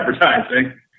advertising